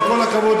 אני עומד כאן,